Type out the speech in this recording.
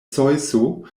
zeŭso